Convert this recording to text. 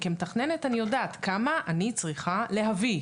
כמתכננת אני יודעת כמה אני צריכה להביא,